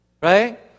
right